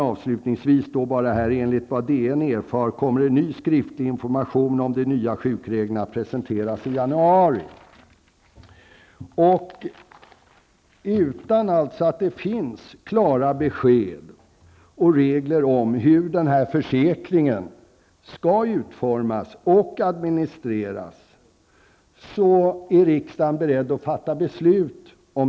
Avslutningsvis sägs: ''Enligt vad DN erfar kommer en skriftlig information om de nya sjukreglerna att presenteras i januari.'' Riksdagen är beredd att fatta beslut om detta utan att det finns klara besked och regler om hur denna försäkring skall utformas och administreras.